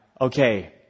okay